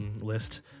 List